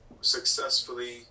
successfully